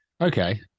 okay